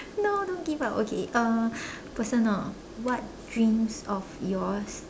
no don't give up okay uh personal what dreams of yours